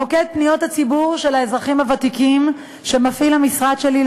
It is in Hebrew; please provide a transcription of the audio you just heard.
המוקד לפניות האזרחים הוותיקים שמפעיל המשרד שלי,